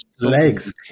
legs